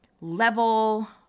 level